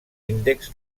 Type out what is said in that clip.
índexs